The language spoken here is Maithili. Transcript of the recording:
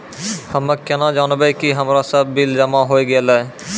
हम्मे केना जानबै कि हमरो सब बिल जमा होय गैलै?